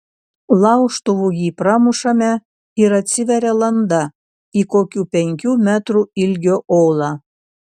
laužtuvu jį pramušame ir atsiveria landa į kokių penkių metrų ilgio olą